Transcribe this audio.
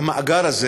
שהמאגר הזה